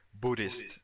Buddhist